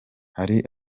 hari